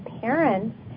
parents